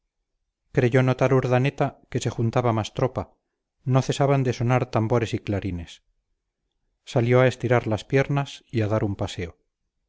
creyó notar urdaneta que se juntaba más tropa no cesaban de sonar tambores y clarines salió a estirar las piernas y dar un paseo